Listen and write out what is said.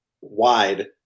wide